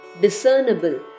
discernible